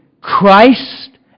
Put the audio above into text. Christ